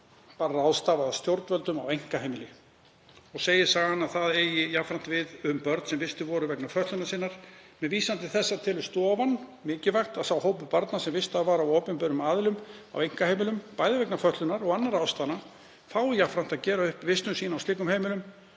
var ráðstafað af stjórnvöldum á einkaheimili, og segir sagan að það eigi jafnframt við um börn sem vistuð voru vegna fötlunar sinnar. Með vísan til þessa telur stofan mikilvægt að sá hópur barna sem vistaður var af opinberum aðila á einkaheimilum, bæði vegna fötlunar og annarra ástæðna, fái jafnframt að gera upp vistun sína á slíkum heimilum